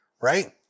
right